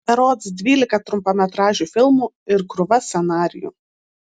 berods dvylika trumpametražių filmų ir krūva scenarijų